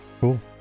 Cool